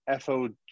FOG